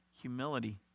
humility